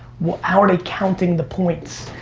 how are they counting the points?